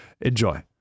enjoy